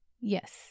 Yes